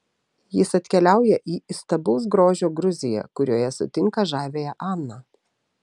jis atkeliauja į įstabaus grožio gruziją kurioje sutinka žaviąją aną